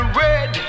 red